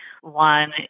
one